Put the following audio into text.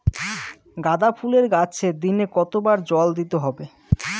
গাদা ফুলের গাছে দিনে কতবার জল দিতে হবে?